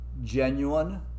genuine